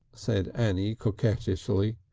said annie coquettishly.